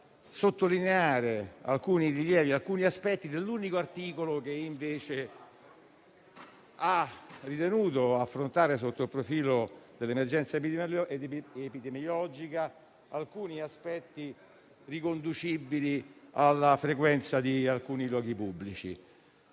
sollevare alcuni rilievi circa taluni aspetti dell'unico articolo che invece ha ritenuto di affrontare, sotto il profilo dell'emergenza epidemiologica, temi riconducibili alla frequenza di alcuni luoghi pubblici.